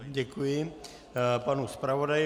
Děkuji panu zpravodaji.